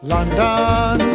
London